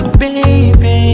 baby